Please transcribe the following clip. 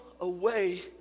away